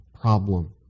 problem